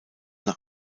nach